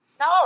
No